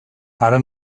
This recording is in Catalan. ara